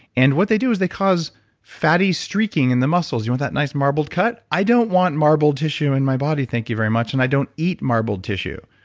and what they do is they cause fatty streaking in the muscles. you know that nice marbled cut? i don't want marbled tissue in my body, thank you very much. and i don't eat marbled tissue.